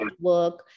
work